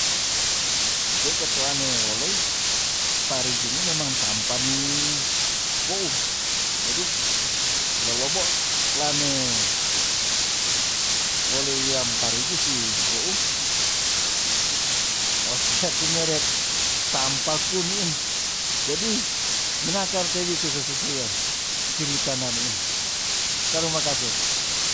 Ndei ketuane wolei parigi nii memang tampa ni wou jadi kelo loboolt lane olei wiam parigi si weu oh sia kumeret taampa ku niin jadi minakar te witu sesusuian cirita na niin tarima kase